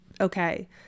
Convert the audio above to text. okay